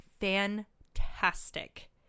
fantastic